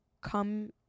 come